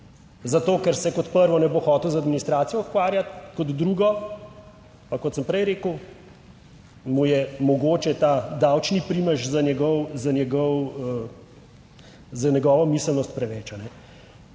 zato ker se kot prvo ne bo hotel z administracijo ukvarjati, kot drugo pa, kot sem prej rekel, mu je mogoče ta davčni primež za njegov, za njegov za